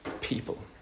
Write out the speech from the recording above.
people